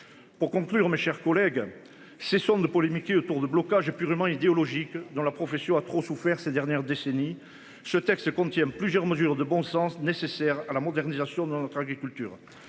Pour conclure, mes chers collègues. Cessons de polémiquer autour de blocage est purement idéologique dans la profession a trop souffert ces dernières décennies. Ce texte contient plusieurs mesures de bon sens nécessaire à la modernisation de notre agriculture.